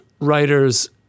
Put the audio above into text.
writers